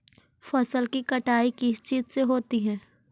फसल की कटाई किस चीज से होती है?